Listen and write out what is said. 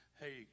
Hey